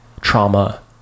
trauma